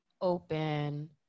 open